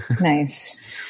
Nice